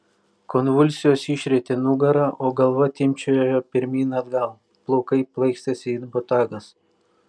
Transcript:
konvulsijos išrietė nugarą o galva timpčiojo pirmyn atgal plaukai plaikstėsi it botagas